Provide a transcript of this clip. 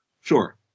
Sure